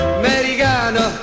americano